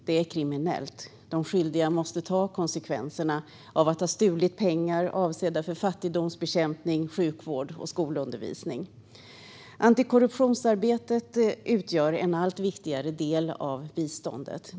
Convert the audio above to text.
Det är kriminellt. De skyldiga måste ta konsekvenserna av att ha stulit pengar avsedda för fattigdomsbekämpning, sjukvård och skolundervisning. Antikorruptionsarbetet utgör en allt viktigare del av biståndet.